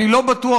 אני לא בטוח,